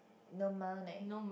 no money